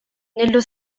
nello